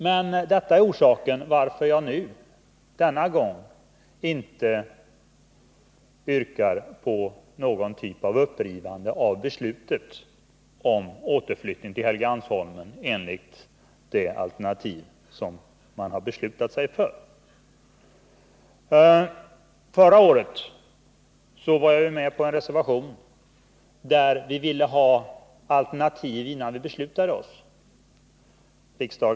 Det jag nu sagt är orsaken till att jag denna gång inte yrkat på ett upprivande av beslutet om återflyttning till Helgeandsholmen enligt det alternativ som man har beslutat sig för. När frågan behandlades förra året var jag med på en reservation, där det krävdes att det skulle läggas fram alternativa förslag innan vi beslutade oss.